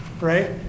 Right